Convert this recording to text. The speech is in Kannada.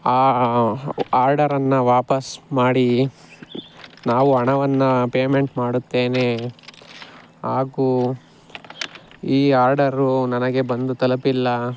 ಆ ಆರ್ಡರನ್ನು ವಾಪಸ್ ಮಾಡಿ ನಾವು ಹಣವನ್ನು ಪೇಮೆಂಟ್ ಮಾಡುತ್ತೇನೆ ಹಾಗೂ ಈ ಆರ್ಡರು ನನಗೆ ಬಂದು ತಲುಪಿಲ್ಲ